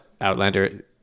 Outlander